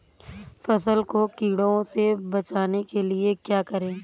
फसल को कीड़ों से बचाने के लिए क्या करें?